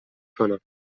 کنم